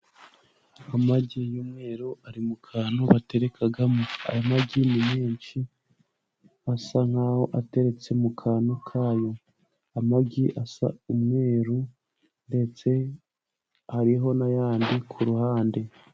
Amagi y'umweru ari mu kantu baterekamo. Ayo magini menshi, asa nk'aho ateretse mu kantu ka yo. Amagi asa umweru, ndetse hariho n'ayandi ku ruhande.